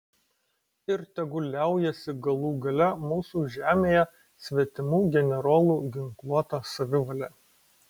ir tegul liaujasi galų gale mūsų žemėje svetimų generolų ginkluota savivalė